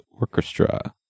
Orchestra